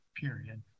period